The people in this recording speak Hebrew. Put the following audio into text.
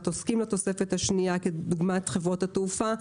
עוסקים לתוספת השנייה דוגמת חברות התעופה.